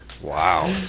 Wow